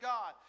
God